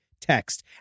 text